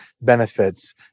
benefits